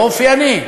לא אופייני.